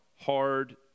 hard